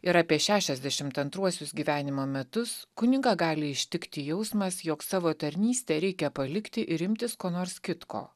ir apie šešiasdešimt antruosius gyvenimo metus kunigą gali ištikti jausmas jog savo tarnystę reikia palikti ir imtis ko nors kitko